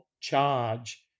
charge